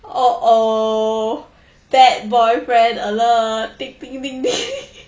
uh oh bad boyfriend alert ding ding ding ding